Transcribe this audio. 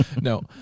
No